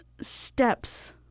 steps